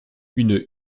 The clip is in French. une